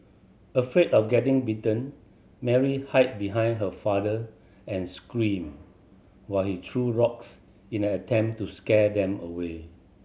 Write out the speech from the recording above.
afraid of getting bitten Mary hide behind her father and screamed while he threw rocks in an attempt to scare them away